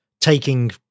taking